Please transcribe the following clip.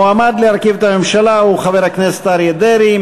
המועמד להרכיב את הממשלה הוא חבר הכנסת אריה דרעי.